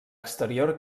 exterior